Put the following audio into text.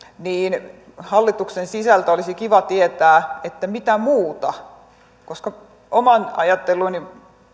niin hallituksen sisältä olisi kiva tietää mitä muuta koska oman ajatteluni